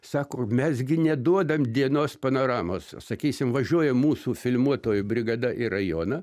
sako mes gi neduodam dienos panoramos sakysim važiuoja mūsų filmuotojų brigada į rajoną